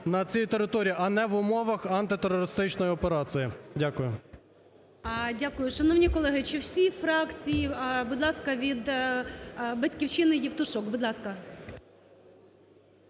на цій території, а не в умовах антитерористичної операції. Дякую. ГОЛОВУЮЧИЙ. Дякую. Шановні колеги, чи всі фракції… Будь ласка, від "Батьківщини" Євтушок. Будь ласка.